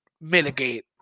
mitigate